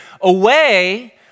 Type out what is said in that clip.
away